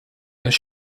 this